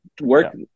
work